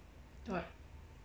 what